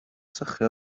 sychu